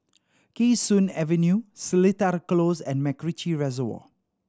Kee Sun Avenue Seletar Close and MacRitchie Reservoir